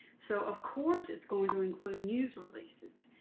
so, of course, it's going to include news releases,